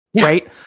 Right